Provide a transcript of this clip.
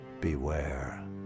Beware